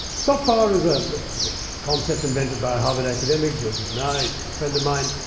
soft power is ah a but concept invented by a harvard academic, joseph nye, a friend of mine.